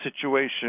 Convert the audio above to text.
situation